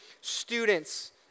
students